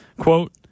Quote